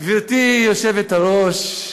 גברתי היושבת-ראש,